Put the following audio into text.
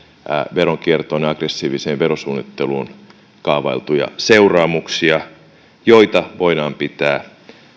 veronkiertoon ja aggressiiviseen verosuunnitteluun kaavailtuja seuraamuksia joita voidaan pitää